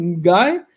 guy